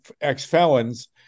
ex-felons